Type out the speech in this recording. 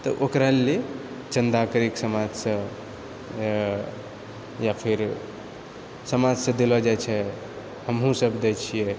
तऽ ओकरा लिअऽ चन्दा करिके समाजसँ या फिर समाजसँ देलो जाइतछै हमहुँ सभ देइ छिऐ